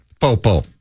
popo